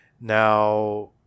Now